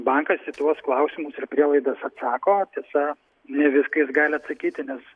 bankas į tuos klausimus ir prielaidas atsako tiesa ne viską jis gali atsakyti nes